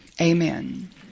Amen